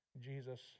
Jesus